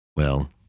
Well